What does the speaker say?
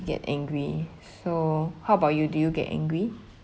get angry so how about you do you get angry